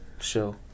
show